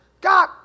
God